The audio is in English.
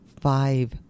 five